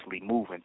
moving